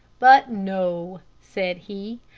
but no, said he,